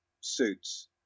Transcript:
suits